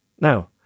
now